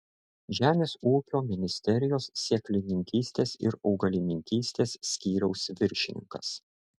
žemės ūkio ministerijos sėklininkystės ir augalininkystės skyriaus viršininkas